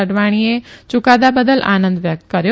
અડવાણીએ યુકાદા બદલ આનંદ વ્યકત કર્યો